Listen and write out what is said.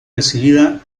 recibida